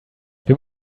wir